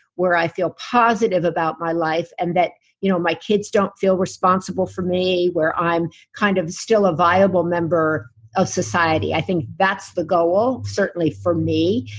where i feel positive about my life, and that you know my kids don't feel responsible for me, where i'm kind of still a viable member of society. i think that's the goal certainly for me.